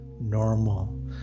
normal